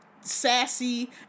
sassy